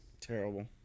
Terrible